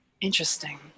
Interesting